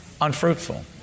Unfruitful